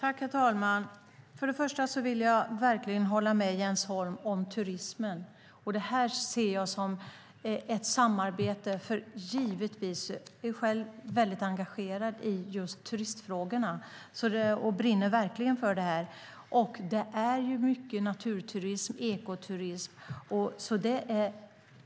Herr talman! För det första vill jag verkligen hålla med Jens Holm beträffande turismen. Detta ser jag som en fråga om samarbete. Jag är själv väldigt engagerad i turistfrågorna och brinner verkligen för det här. Det är mycket naturturism och ekoturism.